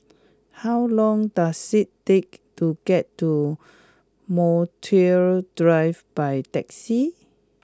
how long does it take to get to Montreal Drive by taxi